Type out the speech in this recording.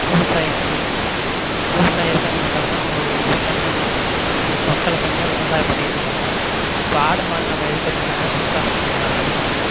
விவசாயம் கன் விவசாயம் எதுக்காண்டி பண்ணுறாங்கன்னா ஒரு இதுக்காண்டி தான் பண்ணுறாங்க மக்களுக்காண்டி தான் விவசாயம் பண்ணிக்கிட்டு இருக்காங்க இப்போ ஆடு மாடு நம்ம எதுக்கு வச்சிருக்கோன்னால் விவசாயம் பண்ணுறதுக்கு தான் அதுக்காண்டி தான்